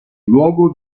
luogo